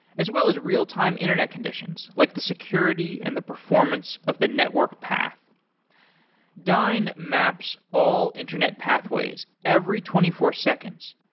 as well as real-time internet conditions, like the security and the performance of the network path dyn maps all internet pathways every twenty four seconds,